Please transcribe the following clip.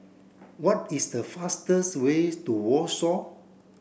what is the fastest way to Warsaw